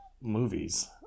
movies